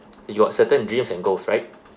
you got certain dreams and goals right